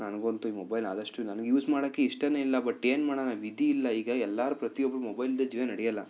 ನನಗಂತೂ ಈ ಮೊಬೈಲ್ ಆದಷ್ಟು ನನ್ಗೆ ಯೂಸ್ ಮಾಡೋಕ್ಕೆ ಇಷ್ಟವೇ ಇಲ್ಲ ಬಟ್ ಏನು ಮಾಡೋಣ ವಿಧಿ ಇಲ್ಲ ಈಗ ಎಲ್ಲರು ಪ್ರತಿ ಒಬ್ರು ಮೊಬೈಲ್ ಇಲ್ದೆ ಜೀವನ ನಡೆಯೋಲ್ಲ